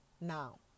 now